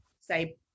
say